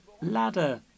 ladder